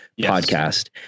podcast